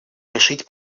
решить